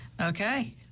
Okay